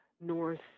north